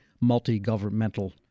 multi-governmental